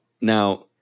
now